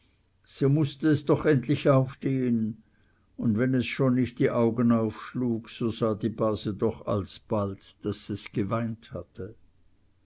so mußte es doch endlich aufstehen und wenn es schon nicht die augen aufschlug so sah die base doch alsbald daß es geweint hatte